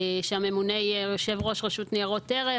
שהממונה עליו יהיה יושב ראש רשות ניירות ערך,